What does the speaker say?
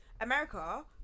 america